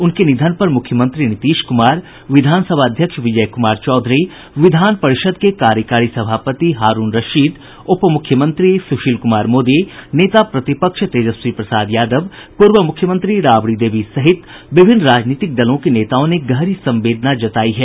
उनके निधन पर मुख्यमंत्री नीतीश कुमार विधानसभा अध्यक्ष विजय कुमार चौधरी विधान परिषद के कार्यकारी सभापति हारूण रशीद उप मुख्यमंत्री सुशील कुमार मोदी नेता प्रतिपक्ष तेजस्वी प्रसाद यादव प्रर्व मुख्यमंत्री राबड़ी देवी सहित विभिन्न राजनीतिक दलों के नेताओं ने गहरी संवेदना जतायी है